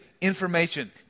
information